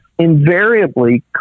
invariably